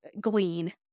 glean